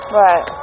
right